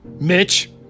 Mitch